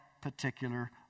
particular